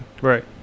right